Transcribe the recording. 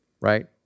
right